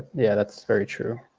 yeah, that's very true.